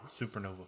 supernova